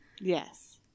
Yes